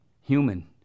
Human